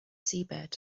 seabed